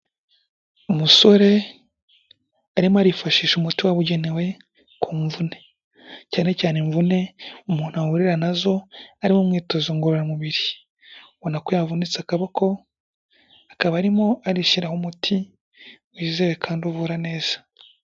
Umusore arimo arifashisha umuti wabugenewe ku mvune cyane cyane imvune umuntu ahurira na zo ari wo mwitozo ngororamubiri, ubona ko yavunitse akaboko, akaba arimo arishyiraho umuti wizewe kandi uvura neza.